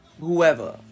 whoever